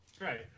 right